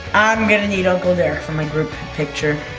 i'm gonna need uncle derek for my group picture.